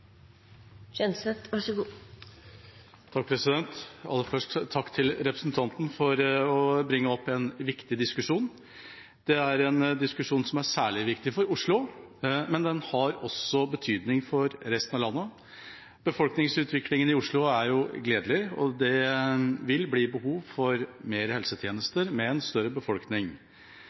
til representanten Tetzschner for å løfte opp en viktig diskusjon. Det er en diskusjon som er særlig viktig for Oslo, men den har også betydning for resten av landet. Befolkningsutviklingen i Oslo er gledelig, og det vil bli behov for flere helsetjenester med en større befolkning.